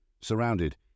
Surrounded